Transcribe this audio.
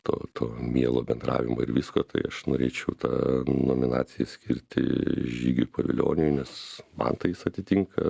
to to mielo bendravimo ir visko tai aš norėčiau tą nominaciją skirti žygiui pavilioniui nes man tai jis atitinka